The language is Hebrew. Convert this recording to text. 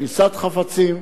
תפיסת חפצים,